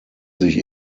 sich